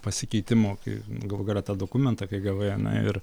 pasikeitimo kai galų gale tą dokumentą kai gavai ane ir